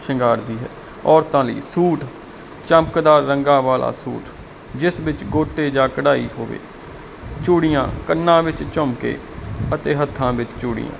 ਸ਼ਿੰਗਾਰਦੀ ਹੈ ਔਰਤਾਂ ਲਈ ਸੂਟ ਚਮਕਦਾਰ ਰੰਗਾ ਵਾਲਾ ਸੂਟ ਜਿਸ ਵਿੱਚ ਗੋਟੇ ਜਾ ਕਢਾਈ ਹੋਵੇ ਚੂੜੀਆਂ ਕੰਨਾਂ ਵਿੱਚ ਝੁਮਕੇ ਅਤੇ ਹੱਥਾਂ ਵਿੱਚ ਚੁੜੀਆ